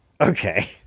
Okay